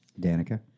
danica